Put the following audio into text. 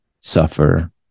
suffer